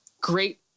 great